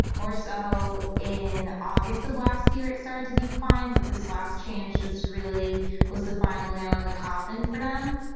more so in august of last year it started to decline, but this last change just really was the final nail in the coffin for them.